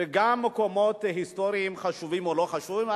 או מקומות היסטוריים חשובים או לא חשובים.